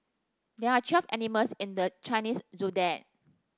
there are twelve animals in the Chinese Zodiac